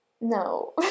No